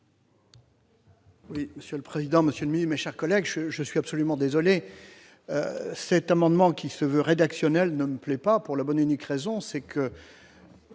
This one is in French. vote. Monsieur le président Monsieur mis mes chers collègues, je, je suis absolument désolé, cet amendement, qui se veut rédactionnel ne me plaît pas, pour la bonne unique raison, c'est que